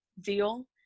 deal